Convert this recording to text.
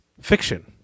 fiction